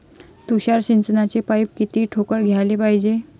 तुषार सिंचनाचे पाइप किती ठोकळ घ्याले पायजे?